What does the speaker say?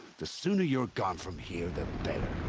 the sooner you're gone from here, the better.